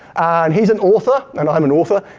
and he's an author, and i'm an author.